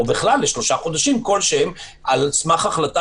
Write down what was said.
או לשלושה חודשים כלשהם על סמך החלטה